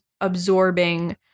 absorbing